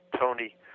Tony